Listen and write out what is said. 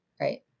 right